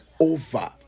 over